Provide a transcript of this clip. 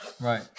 Right